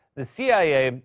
the cia,